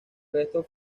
restos